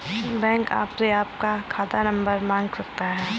bank आपसे आपका खाता नंबर मांग सकता है